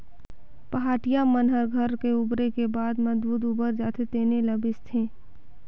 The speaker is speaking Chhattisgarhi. पहाटिया मन ह घर के बउरे के बाद म दूद उबर जाथे तेने ल बेंचथे